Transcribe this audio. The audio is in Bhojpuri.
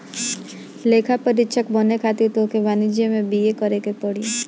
लेखापरीक्षक बने खातिर तोहके वाणिज्यि में बी.ए करेके पड़ी